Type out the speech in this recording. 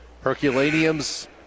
Herculaneum's